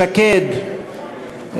שקד,